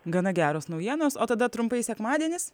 gana geros naujienos o tada trumpai sekmadienis